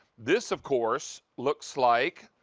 this of course looks like